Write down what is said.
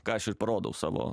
ką aš ir parodau savo